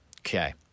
Okay